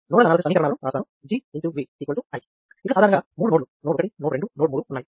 nodal analysis సమీకరణాలను రాస్తాను G V I ఇక్కడ సాధారణంగా 3 నోడ్ లు నోడ్ 1 నోడ్ 2 నోడ్ 3 ఉన్నాయి